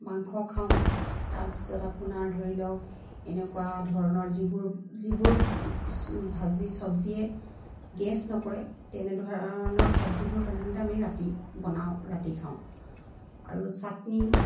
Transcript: মাংস খাওঁ তাৰপিছত আপোনাৰ ধৰি লওক এনেকুৱা ধৰণৰ যিবোৰ যিবোৰ ভাজি চব্জিয়ে গেছ নকৰে তেনেধৰণৰ চব্জিবোৰ সাধাৰণতে আমি ৰাতি বনাওঁ ৰাতি খাওঁ আৰু চাটনি